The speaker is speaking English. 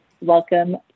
Welcome